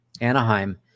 Anaheim